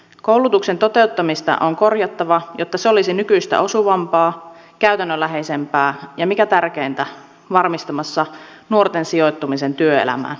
koulutuksen toteuttamista on korjattava jotta se olisi nykyistä osuvampaa käytännönläheisempää ja mikä tärkeintä varmistamassa nuorten sijoittumisen työelämään